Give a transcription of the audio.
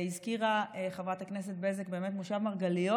הזכירה חברת הכנסת בזק את מושב מרגליות.